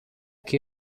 che